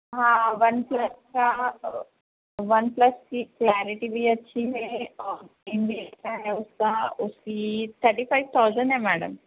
ہاں OnePlus کا OnePlus کی کلیئرٹی بھی اچھی ہے اس کا اس کی تھرٹی فائیو تھاؤزینڈ ہے میڈم